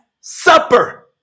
supper